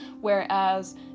whereas